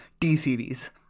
t-series